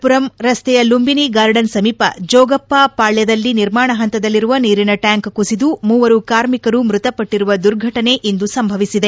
ಪುರಂ ರಸ್ತೆಯ ಲುಂಬಿನಿ ಗಾರ್ಡನ್ ಸಮೀಪ ಜೋಗಪ್ಪ ಪಾಳ್ಗದಲ್ಲಿ ನಿರ್ಮಾಣ ಹಂತದಲ್ಲಿರುವ ನೀರಿನ ಟ್ಯಾಂಕ್ ಕುಸಿದು ಮೂವರು ಕಾರ್ಮಿಕರು ಮೃತಪಟ್ಟರುವ ದುರ್ಘಟನೆ ಇಂದು ಸಂಭವಿಸಿದೆ